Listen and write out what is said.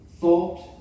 thought